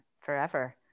forever